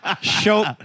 show